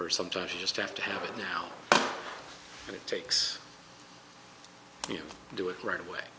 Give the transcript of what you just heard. or sometimes you just have to have it now but it takes you do it right away